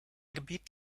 gebiet